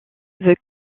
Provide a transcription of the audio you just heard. veut